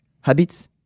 habits